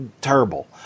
terrible